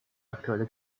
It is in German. aktuelle